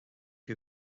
you